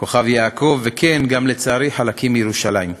כוכב-יעקב, וכן גם, לצערי, חלקים מירושלים.